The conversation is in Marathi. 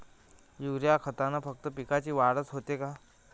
युरीया खतानं फक्त पिकाची वाढच होते का?